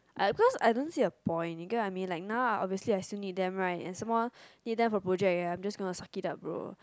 I because I don't see a point because I mean like now I obviously I still need them right need them for project right I just suck it up bro